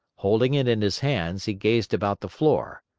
holding it in his hands, he gazed about the floor.